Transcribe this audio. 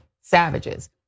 savages